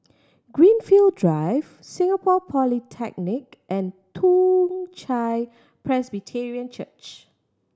Greenfield Drive Singapore Polytechnic and Toong Chai Presbyterian Church